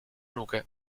nuke